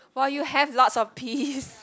well you have lots of peas